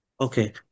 Okay